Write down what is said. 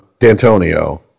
Dantonio